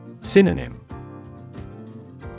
Synonym